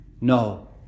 No